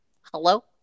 hello